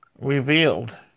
revealed